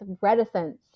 reticence